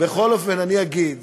בכל אופן, אני אגיד